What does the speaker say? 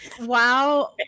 wow